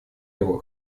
его